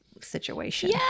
situation